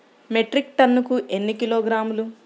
Metric టన్నుకు ఎన్ని కిలోగ్రాములు?